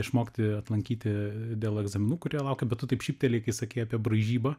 išmokti atlankyti dėl egzaminų kurie laukia bet tu taip šyptelėjai kai sakei apie braižybą